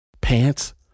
Pants